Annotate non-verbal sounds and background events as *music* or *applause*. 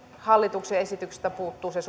hallituksen esityksestä puuttuu se *unintelligible*